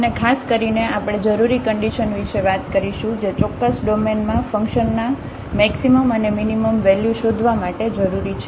અને ખાસ કરીને આપણે જરૂરી કન્ડિશન વિશે વાત કરીશું જે ચોક્કસ ડોમેનમાં ફંકશનના મેક્સિમમ અને મીનીમમ વેલ્યુ શોધવા માટે જરૂરી છે